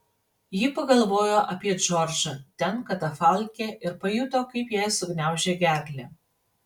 ji pagalvojo apie džordžą ten katafalke ir pajuto kaip jai sugniaužė gerklę